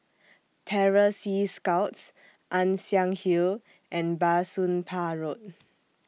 Terror Sea Scouts Ann Siang Hill and Bah Soon Pah Road